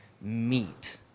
meet